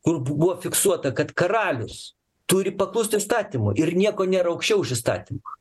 kur buvo fiksuota kad karalius turi paklusti įstatymui ir nieko nėra aukščiau už įstatymą